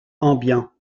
ambiant